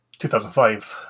2005